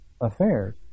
affairs